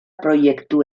proiektu